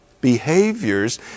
behaviors